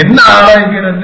என்ன ஆராய்கிறது